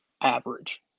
average